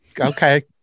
Okay